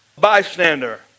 bystander